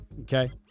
Okay